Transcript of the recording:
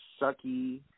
sucky